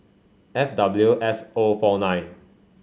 F W S O four nine